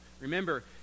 Remember